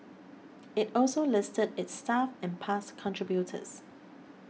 it also listed its staff and past contributors